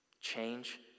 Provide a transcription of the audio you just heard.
change